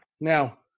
Now